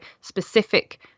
specific